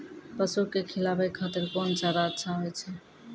पसु के खिलाबै खातिर कोन चारा अच्छा होय छै?